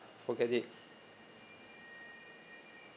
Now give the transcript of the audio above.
forget it